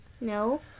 No